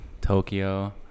Tokyo